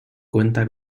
cuenta